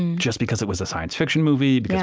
and just because it was a science fiction movie, yeah